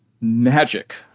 magic